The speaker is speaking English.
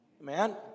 Amen